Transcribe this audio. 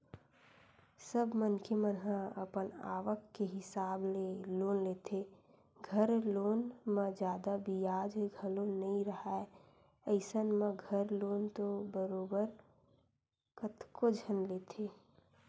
सब मनखे मन ह अपन आवक के हिसाब ले लोन लेथे, घर लोन म जादा बियाज घलो नइ राहय अइसन म घर लोन तो बरोबर कतको झन लेथे